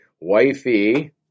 wifey